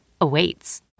awaits